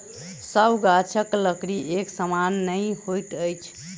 सभ गाछक लकड़ी एक समान नै होइत अछि